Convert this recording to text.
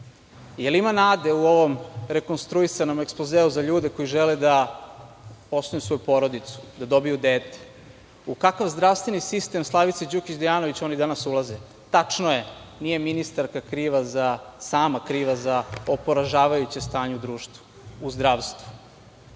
Da li ima nade u ovom rekonstruisanom ekspozeu za ljude koji žele da osnuju svoju porodicu, da dobiju dete? U kakav zdravstveni sistem, Slavice Đukić Dejanović, oni danas ulaze? Tačno je, nije ministarka sama kriva za ovo poražavajuće stanje u društvu, u zdravstvu,